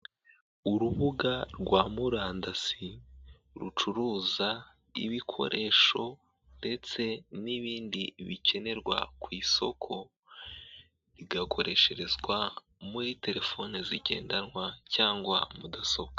Urubuga rwa murandasi rucuruza ibikoresho ndetse ndetse n'ibindi bikenerwa ku isoko, biigakoresherezwa muri telefoni zigendanwa cyangwa mudasobwa.